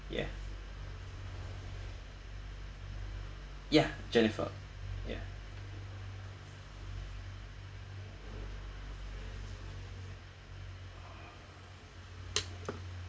ya ya jennifer ya